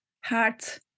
heart